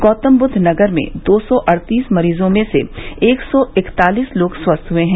गौतमबुद्ध नगर में दो सौ अड़तीस मरीजों में से एक सौ इकतालीस लोग स्वस्थ हए हैं